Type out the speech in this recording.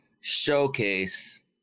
showcase